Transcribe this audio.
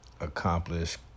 accomplish